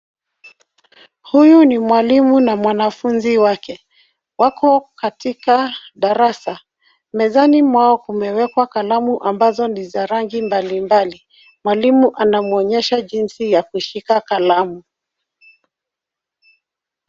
Huyu ni mwalimu na mwanafunzi wake. Wako katika darasa. Mezani mwao kumewekwa kalamu ambazo ni za rangi mbali mbali. Mwalimu anamwonyesha jinsi ya kushika kalamu.